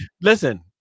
Listen